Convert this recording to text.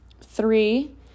three